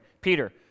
Peter